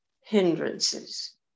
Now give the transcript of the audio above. hindrances